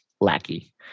Lackey